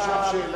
לשאול שאלה,